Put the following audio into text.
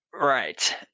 right